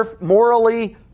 morally